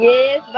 Yes